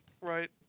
Right